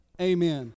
Amen